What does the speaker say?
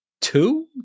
two